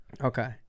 Okay